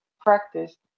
practice